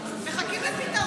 הצעה קונקרטית.